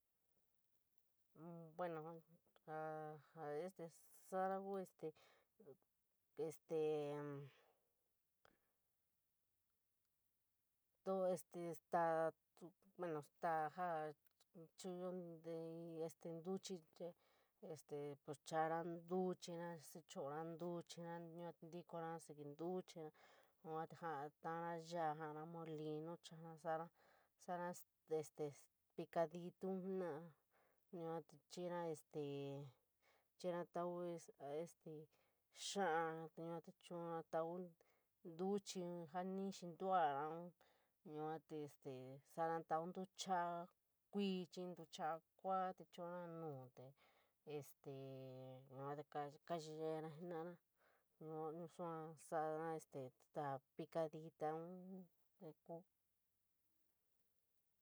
Bueno, jaa, este sañara kuu este, staó ja chuuyo teeí te ntuchit te pas choooro, yuu tee chiñoro ntuchiro yua te ntchara ekstra ntutuhiro, yuu te ñara yua, ñoo molivo, chiñara sañara ees pieeditu jenara yuu te chiñara ee chiiira este tau xaño vee te chuurun ñtau ñtuchit. Jaa nt´kinduwan yuu te vee chuurun ñtau ntuchit ntuchara kuu chiiñ ntuchara kuu te chuurun nuu tee este yuu te koyeeera jenarara nuu saa sañara este staó picadita.